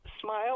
smile